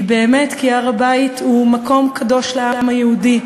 באמת כי הר-הבית הוא מקום קדוש לעם היהודי.